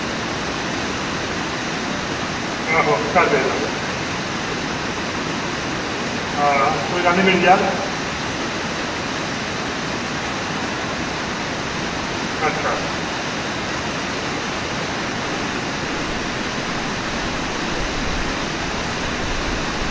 आहो घर पेदा आहो आं कोई गल्ल निं मिली जाह्ग अच्छा